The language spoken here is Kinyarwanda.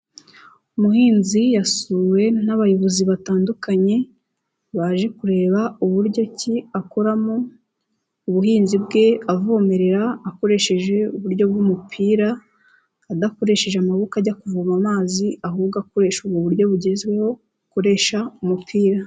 Umuhinzi yasuwe n'abayobozi batandukanye baje kureba uburyo ki akoramo ubuhinzi bwe avomerera akoresheje uburyo bw'umupira, adakoresheje amaboko ajya kuvoma amazi ahubwo akoresha ubu buryo bugezweho bukoresha umupira.